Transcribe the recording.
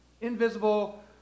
invisible